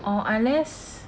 or unless